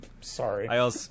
Sorry